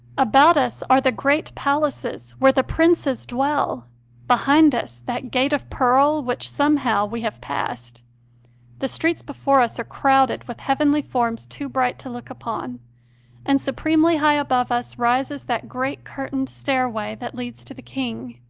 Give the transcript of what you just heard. about us are the great palaces, where the princes dwell behind us that gate of pearl which, somehow, we have passed the streets before us are crowded with heavenly forms too bright to look upon and supremely high above us rises that great curtained stair way that leads to the king.